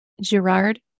Gerard